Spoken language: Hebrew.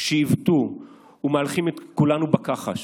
עיוותו ומוליכים את כולנו בכחש.